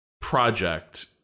project